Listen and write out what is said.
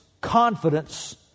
confidence